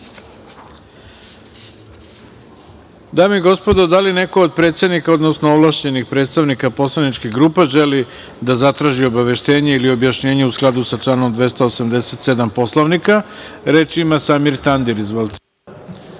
i gospodo, da li neko od predsednika, odnosno ovlašćenih predstavnika poslaničkih grupa želi da zatraži obaveštenje ili objašnjenje, u skladu sa članom 287. Poslovnika? Reč ima Samir Tandir. Izvolite.